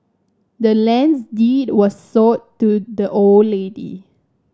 the land's deed was sold to the old lady